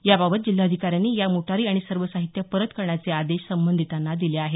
याबाबत जिल्हाधिकाऱ्यांनी या मोटारी आणि सर्व साहित्य परत करण्याचे आदेश संबधितांना दिले आहेत